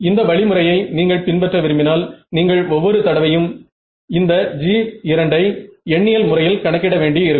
இந்த வழி முறையை நீங்கள் பின்பற்ற விரும்பினால் நீங்கள் ஒவ்வொரு தடவையும் இந்த G2 வை எண்ணியல் முறையில் கணக்கிட வேண்டி இருக்கும்